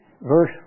verse